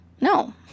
no